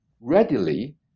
readily